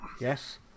Yes